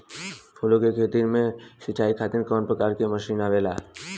फूलो के खेती में सीचाई खातीर कवन प्रकार के मशीन आवेला?